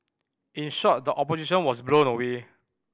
in short the opposition was blown away